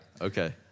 Okay